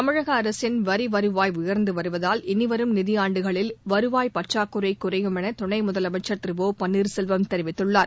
தமிழக அரசின் வரி வருவாய் உயர்ந்து வருவதால் இனிவரும் நிதியாண்டுகளில் வருவாய் பற்றாக்குறை குறையும் என துணை முதலமைச்சா் திரு ஒ பன்னீர்செல்வம் கூறியுள்ளார்